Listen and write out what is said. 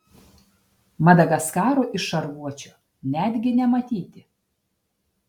madagaskaro iš šarvuočio netgi nematyti